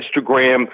Instagram